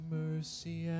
mercy